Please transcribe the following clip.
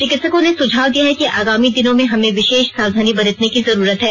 चिकित्सकों ने सुझाव दिया है कि आगामी दिनों में हमे विशेष सावधानी बरतने की जरूरत है